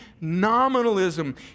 nominalism